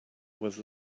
was